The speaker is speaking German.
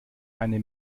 eine